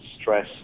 stress